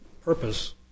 purpose